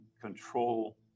control